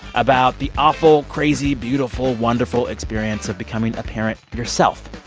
about the awful, crazy, beautiful, wonderful, experience of becoming a parent yourself.